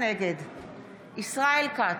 נגד ישראל כץ,